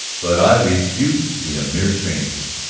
but i refuse to be a mere stranger.